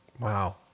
Wow